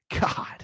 God